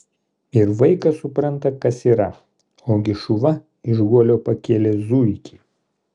ir vaikas supranta kas yra ogi šuva iš guolio pakėlė zuikį